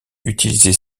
utiliser